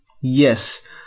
Yes